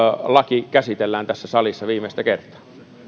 laki käsitellään tässä salissa viimeistä kertaa